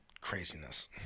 craziness